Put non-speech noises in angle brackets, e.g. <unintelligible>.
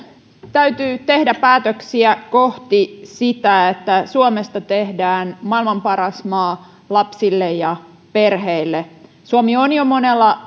täytyy tehdä päätöksiä kohti sitä että suomesta tehdään maailman paras maa lapsille ja perheille suomi on jo monella <unintelligible>